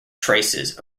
traces